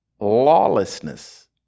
lawlessness